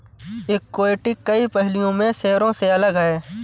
equity कई पहलुओं में शेयरों से अलग है